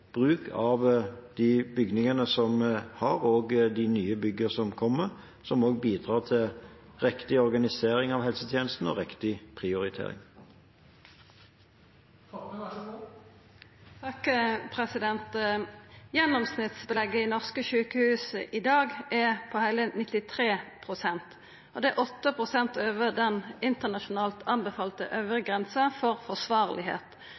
bruk av de bygningene som vi har, og de nye byggene som kommer, som bidrar til riktig organisering av helsetjenestene og riktig prioritering. Gjennomsnittsbelegget i norske sjukehus i dag er på heile 93 pst. Det er 8 pst. over den internasjonalt anbefalte øvre grensa for